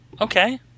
Okay